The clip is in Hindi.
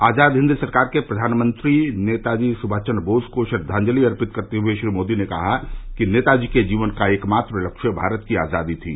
आजाद हिंद सरकार के प्रधानमंत्री नेताजी सुभाषचन्द्र बोस को श्रद्वाजंलि अर्पित करते हुए श्री मोदी ने कहा कि नेताजी के जीवन का एकमात्र तक्ष्य भारत की आजादी थी